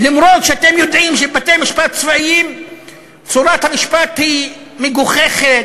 אף-על-פי שאתם יודעים שבבתי-משפט צבאיים צורת המשפט היא מגוחכת,